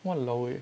!walao! eh